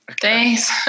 Thanks